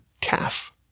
calf